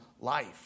life